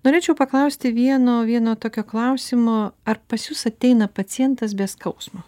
norėčiau paklausti vieno vieno tokio klausimo ar pas jus ateina pacientas be skausmo